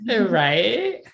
right